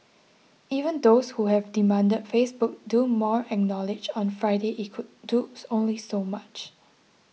even those who have demanded Facebook do more acknowledged on Friday it could do only so much